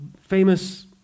Famous